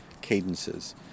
cadences